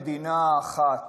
רעיון המדינה האחת